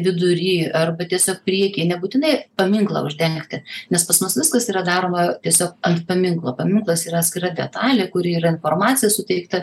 vidury arba tiesiog prieky nebūtinai paminklą uždengti nes pas mus viskas yra daroma tiesiog ant paminklo paminklas yra atskira detalė kuri yra informacija suteikta